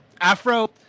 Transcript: Afro